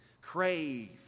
Crave